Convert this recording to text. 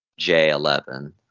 J11